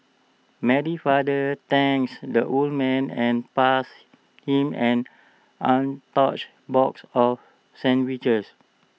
Mary's father thanks the old man and passed him an untouched box of sandwiches